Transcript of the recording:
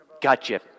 Gotcha